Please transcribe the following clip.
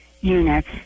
units